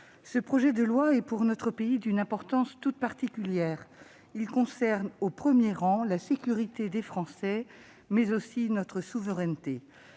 ce projet de loi est pour notre pays d'une importance toute particulière. Il concerne, au premier rang, non seulement la sécurité des Français, mais aussi notre souveraineté.